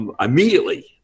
immediately